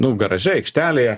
nu garaže aikštelėje